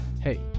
hey